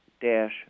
dash